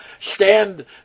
stand